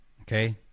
okay